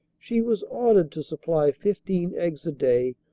she was ordered to supply fifteen eggs a day,